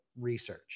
research